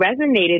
resonated